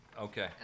Okay